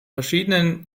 verschiedenen